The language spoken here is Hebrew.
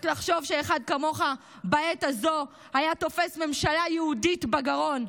רק לחשוב שבעת הזו אחד כמוך היה תופס ממשלה יהודית בגרון.